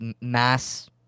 mass